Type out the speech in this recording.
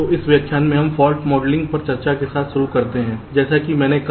तो इस व्याख्यान में हम फाल्ट मॉडलिंग पर एक चर्चा के साथ शुरू करते हैं जैसा कि मैंने कहा